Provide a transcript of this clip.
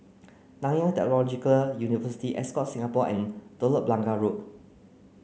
Nanyang Technological University Ascott Singapore and Telok Blangah Road